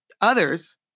others